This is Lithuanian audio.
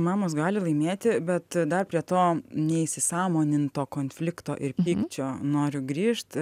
mamos gali laimėti bet dar prie to neįsisąmoninto konflikto ir pykčio noriu grįžt